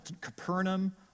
Capernaum